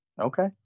Okay